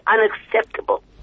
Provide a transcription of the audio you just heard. unacceptable